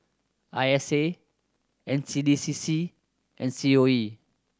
I S A N C D C C and C O E